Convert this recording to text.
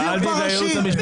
שיביאו פרשים.